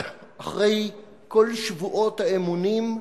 אחרי כל שבועות האמונים,